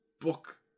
book